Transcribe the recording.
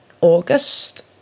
August